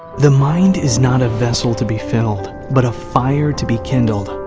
the mind is not a vessel to be filled but a fire to be kindled.